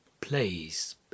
place